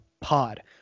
Pod